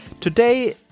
Today